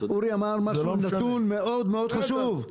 אורי אמר נתון מאוד חשוב.